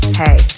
hey